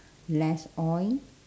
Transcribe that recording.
less oil